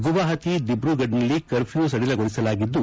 ಗುವಹಟಿ ದಿಬ್ರುಗರ್ನಲ್ಲಿ ಕರ್ಫ್ಲೂ ಸಡಿಲಗೊಳಿಸಲಾಗಿದ್ದು